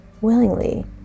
willingly